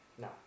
No